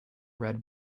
red